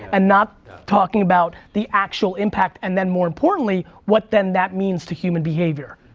and not talking about the actual impact, and then more importantly, what then that means to human behavior.